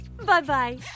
Bye-bye